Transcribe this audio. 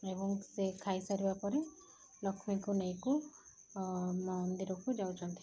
ଏବଂ ସେ ଖାଇସାରିବା ପରେ ଲକ୍ଷ୍ମୀଙ୍କୁ ନେଇକୁ ମନ୍ଦିରକୁ ଯାଉଛନ୍ତି